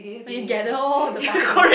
when you gather all the particle